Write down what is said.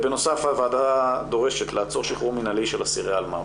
בנוסף הוועדה דורשת לעצור שחרור מינהלי של אסירי אלמ"ב.